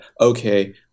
okay